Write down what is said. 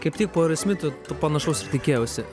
kaip tik po aerosmitų panašaus ir tikėjausi